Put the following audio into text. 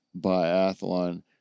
biathlon